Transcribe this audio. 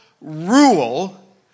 rule